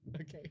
Okay